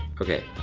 okay.